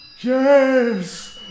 Yes